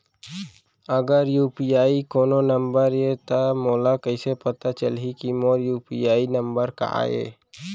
अगर यू.पी.आई कोनो नंबर ये त मोला कइसे पता चलही कि मोर यू.पी.आई नंबर का ये?